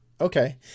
okay